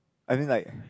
I mean like